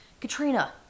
Katrina